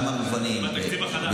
אנחנו נערכים לפוסט-טראומה בכמה מובנים.